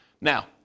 Now